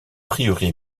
prieuré